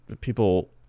people